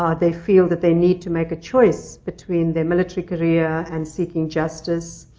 um they feel that they need to make a choice between their military career and seeking justice.